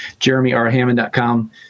JeremyRHammond.com